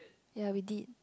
ya we did